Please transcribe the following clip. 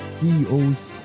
CEOs